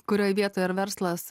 kurioj vietoj ar verslas